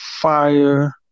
fire